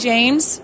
James